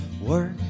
Work